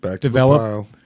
Develop